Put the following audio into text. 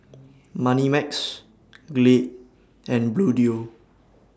Moneymax Glade and Bluedio